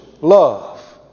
love